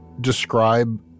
describe